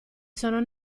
sono